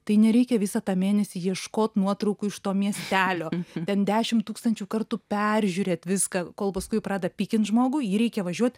tai nereikia visą tą mėnesį ieškot nuotraukų iš to miestelio bent dešim tūkstančių kartų peržiūrėt viską kol paskui jau pradeda pykint žmogų jei reikia važiuot